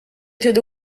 through